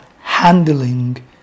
handling